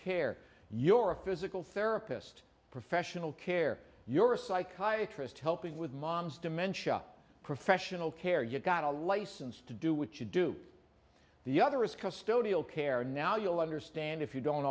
care you're a physical therapist professional care you're a psychiatry is to helping with mom's dementia professional care you've got a license to do what you do the other is custody care now you'll understand if you don't